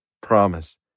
promise